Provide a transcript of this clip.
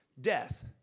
death